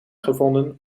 gevonden